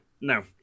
No